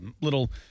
little